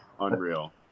unreal